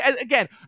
again